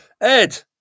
Ed